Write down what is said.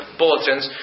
bulletins